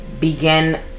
begin